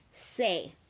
say